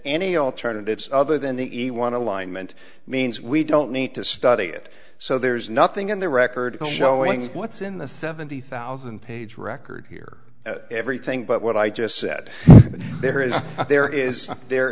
any alternatives other than the e want to line meant means we don't need to study it so there's nothing in the record showing what's in the seventy thousand page record here everything but what i just said there is there is there